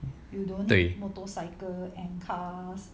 对